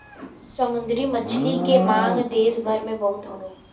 समुंदरी मछली के मांग देस भर में बहुत हौ